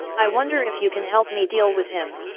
i wonder if you can help me deal with him?